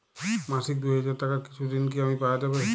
মাসিক দুই হাজার টাকার কিছু ঋণ কি পাওয়া যাবে?